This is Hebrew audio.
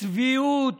צביעות